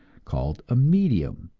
called a medium,